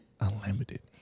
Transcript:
Unlimited